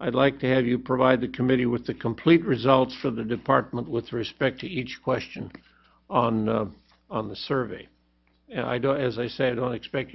i'd like to have you provide the committee with the complete results for the department with respect to each question on on the survey and i do as i say i don't expect